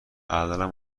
الانم